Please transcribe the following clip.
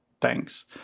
Thanks